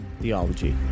Theology